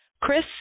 Chris